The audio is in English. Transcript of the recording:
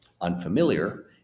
Unfamiliar